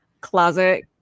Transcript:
closet